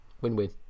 Win-win